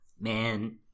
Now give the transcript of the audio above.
man